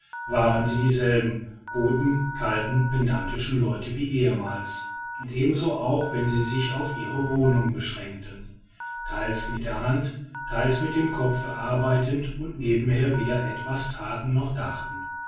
waren sie dieselben guten kalten pedantischen leute wie ehemals und ebenso auch wenn sie sich auf ihre wohnungen beschränkten theils mit der hand theils mit dem kopfe arbeiteten und nebenher weder etwas thaten noch dachten